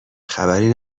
خبری